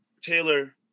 Taylor